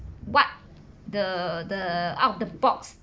what the the out of the box